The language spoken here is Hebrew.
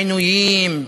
עינויים,